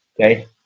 okay